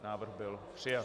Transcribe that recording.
Návrh byl přijat.